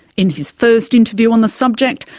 in his first interview on the subject,